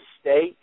state